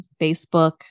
Facebook